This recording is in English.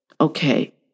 okay